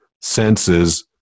senses